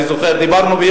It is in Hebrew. אני זוכר, דיברנו,